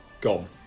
gone